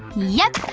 yep,